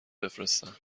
بفرستم